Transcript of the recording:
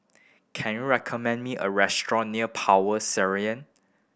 can you recommend me a restaurant near Power Serayan